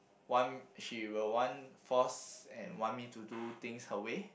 want she will want force and want me to do things her way